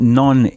non